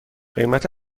قیمت